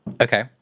Okay